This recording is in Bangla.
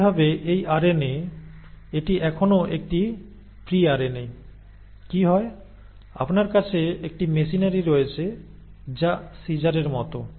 একইভাবে এই আরএনএ এটি এখনও একটি পৃ আরএনএ কি হয় আপনার কাছে একটি মেশিনারি রয়েছে যা সিজারের মতো